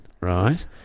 right